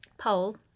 poll